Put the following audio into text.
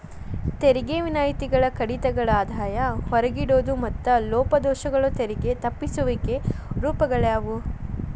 ತೆರಿಗೆ ವಿನಾಯಿತಿಗಳ ಕಡಿತಗಳ ಆದಾಯ ಹೊರಗಿಡೋದು ಮತ್ತ ಲೋಪದೋಷಗಳು ತೆರಿಗೆ ತಪ್ಪಿಸುವಿಕೆ ರೂಪಗಳಾಗ್ಯಾವ